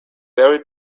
very